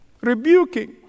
rebuking